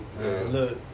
Look